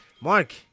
Mark